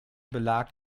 belag